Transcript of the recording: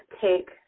take